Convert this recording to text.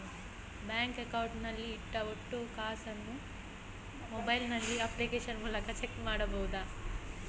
Bank account ನಲ್ಲಿ ಇಟ್ಟ ಒಟ್ಟು ಕಾಸನ್ನು ಮೊಬೈಲ್ ನಲ್ಲಿ ಅಪ್ಲಿಕೇಶನ್ ಮೂಲಕ ಚೆಕ್ ಮಾಡಬಹುದಾ?